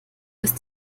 ist